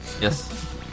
Yes